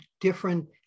different